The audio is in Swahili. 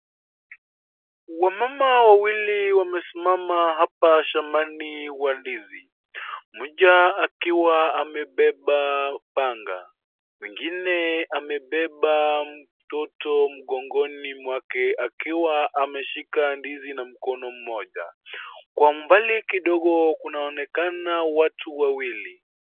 Wamama wawili wamesimama hapa shambani wa ndizi. Mmoja akiwa amebeba panga. Mwingine amebeba mtoto mgongoni mwake akiwa ameshika ndizi na mkono mmoja. Kwa mbali kidogo kunaonekana watu wawili.